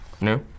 No